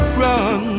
run